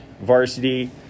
varsity